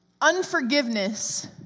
Unforgiveness